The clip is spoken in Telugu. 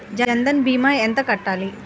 జన్ధన్ భీమా ఎంత కట్టాలి?